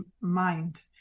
mind